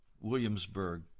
Williamsburg